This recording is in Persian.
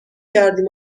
کردیم